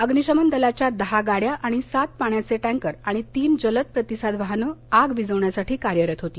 अग्निशमन दलाच्या दहा गाड्या आणि सात पाण्याचे टँकर आणि तीन जलद प्रतिसाद वाहनं आग विझवण्यासाठी कार्यरत होती